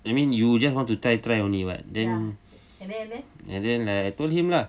I mean you just want to try try only [what] then and then I told him lah